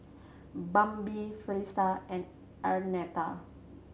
Bambi Felicitas and Arnetta